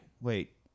wait